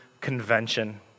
convention